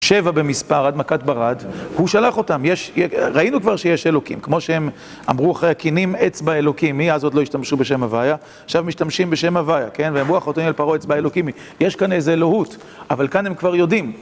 שבע במספר עד מכת ברד והוא שלח אותם, ראינו כבר שיש אלוקים כמו שהם אמרו אחרי הכינים אצבע אלוקים היא, אז עוד לא השתמשו בשם הוויה. עכשיו משתמשים בשם הוויה, והם אמרו קח אותנו אל פרעה, אצבע אלוקים היא. יש כאן איזה אלוהות, אבל כאן הם כבר יודעים